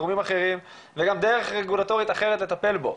גורמים אחרים וגם דרך רגולטורית אחרת לטפל בו.